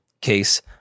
case